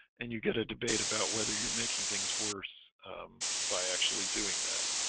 and you get a debate about whether you're making things worse by actually doing that